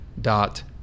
dot